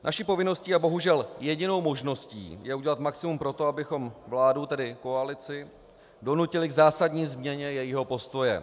Naší povinností a bohužel jedinou možností je udělat maximum pro to, abychom vládu, tedy koalici, donutili k zásadní změně jejího postoje.